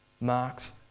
marks